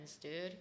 dude